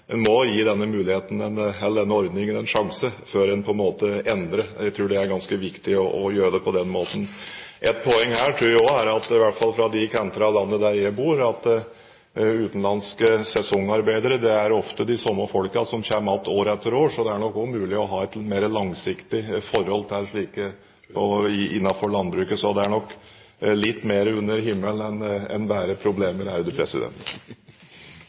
en må gi denne ordningen en sjanse før en endrer. Jeg tror det er ganske viktig å gjøre det på den måten. Et poeng her er også når det gjelder de utenlandske sesongarbeiderne – i hvert fall på de kanter av landet hvor jeg bor – at det ofte er de samme folkene som kommer igjen år etter år, så det er nok mulig å ha et mer langsiktig forhold til slike innenfor landbruket. Det er nok litt mer under himmelen enn bare problemer. Spørsmålet lyder som følger: «Sommeren 2008 omkom en